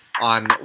on